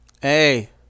Hey